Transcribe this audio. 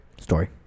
story